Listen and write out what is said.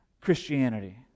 Christianity